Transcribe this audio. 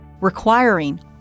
requiring